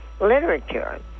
literature